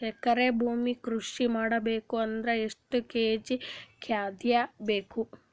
ಎಕರೆ ಭೂಮಿ ಕೃಷಿ ಮಾಡಬೇಕು ಅಂದ್ರ ಎಷ್ಟ ಕೇಜಿ ಖಾದ್ಯ ಬೇಕು?